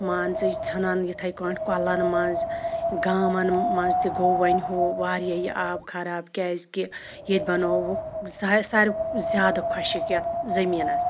مان زٕ ژھٕنان یِتھے کٲنٛٹھ کوٚلَن مَنٛز گامَن مَنٛز تہِ گوٚو وۄنۍ ہہُ واریاہ یہِ آب خَراب کیازکہِ ییٚتہِ بَنو وُکھ سا سارو زیادٕ خوٚشک یَتھ زٔمیٖنَس